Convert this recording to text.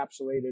encapsulated